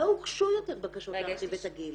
לא הוגשו יותר בקשות להרחיב את הגיל.